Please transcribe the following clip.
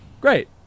Great